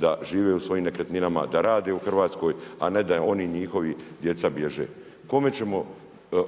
da žive u svojim nekretninama, da rade u Hrvatskoj, a ne da oni njihovi djeca bježe. Kome ćemo